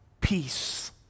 peace